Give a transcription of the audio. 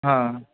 हां